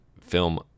film